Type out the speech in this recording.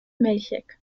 milchig